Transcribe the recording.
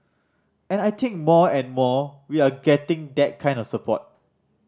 and I think more and more we are getting that kind of support